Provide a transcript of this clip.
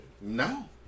no